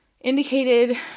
indicated